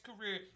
career